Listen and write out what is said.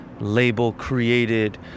label-created